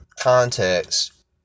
context